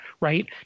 right